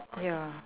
ya